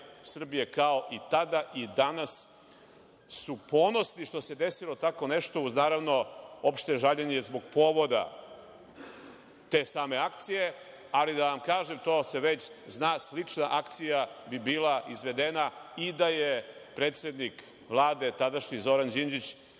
kao i tada, i danas su ponosni što se desilo tako nešto uz, naravno, opšte žaljenje zbog povoda te same akcije. Ali, da vam kažem, to se već zna. Slična akcija bi bila izvedena i da je predsednik Vlade, tadašnji, Zoran Đinđić